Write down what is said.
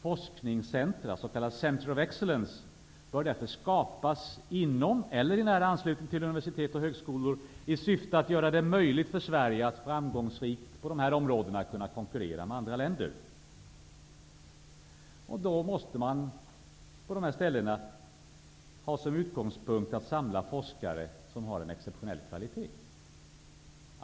Forskningscentrum, s.k. Centers of Excellence, bör skapas inom eller i nära anslutning till universitet och högskolor i syfte att göra det möjligt för Sverige att framgångsrikt på dessa områden konkurrera med andra länder. Utgångspunkten bör härvid vara att samla forskare med exeptionell kvalitet.